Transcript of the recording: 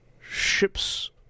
ships